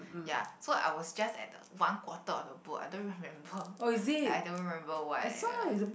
ya so I was just at the one quarter of the book I don't remember like I don't remember what uh